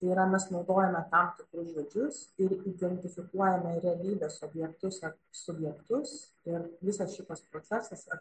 tai yra mes naudojame tam tikrus žodžius ir identifikuojame realybės objektus ar subjektus ir visas šitas procesas ar